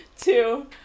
two